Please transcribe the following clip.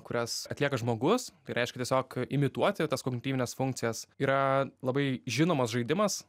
kurias atlieka žmogus tai reiškia tiesiog imituoti tas kognityvines funkcijas yra labai žinomas žaidimas